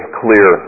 clear